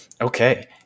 Okay